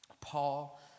Paul